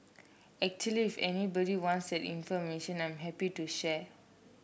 actually if anybody wants that information I'm happy to share